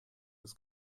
des